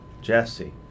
Jesse